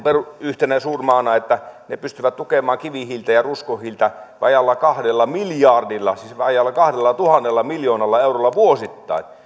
yhtenä suurmaana että he pystyvät tukemaan kivihiiltä ja ruskohiiltä vajaalla kahdella miljardilla siis vajaalla kahdellatuhannella miljoonalla eurolla vuosittain